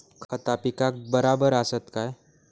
खता पिकाक बराबर आसत काय?